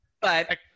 but-